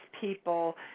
people